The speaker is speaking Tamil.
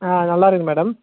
ஆ நல்லா இருக்குது மேடம்